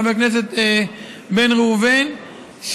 חבר הכנסת בן ראובן,